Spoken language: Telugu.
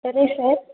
సరే సార్